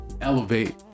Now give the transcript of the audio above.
elevate